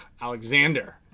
Alexander